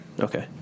okay